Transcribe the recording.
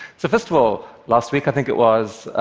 so first of all, last week i think it was,